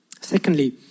Secondly